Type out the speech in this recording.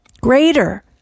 Greater